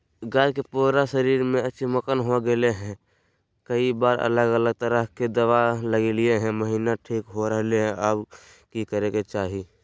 गाय के पूरा शरीर में चिमोकन हो गेलै है, कई बार अलग अलग तरह के दवा ल्गैलिए है महिना ठीक हो रहले है, अब की करे के चाही?